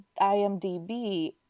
imdb